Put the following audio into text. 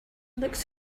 looks